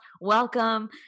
welcome